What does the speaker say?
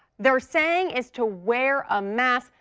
they're saying is to wear a mask,